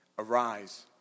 Arise